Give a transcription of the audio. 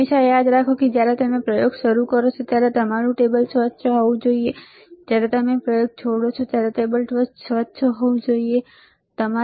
હંમેશા યાદ રાખો જ્યારે તમે પ્રયોગ શરૂ કરો છો ત્યારે તમારું ટેબલ સ્વચ્છ હોવું જોઈએજ્યારે તમે પ્રયોગ છોડો ત્યારે તમારું ટેબલ સ્વચ્છ હોવું જોઈએ બરાબર